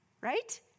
right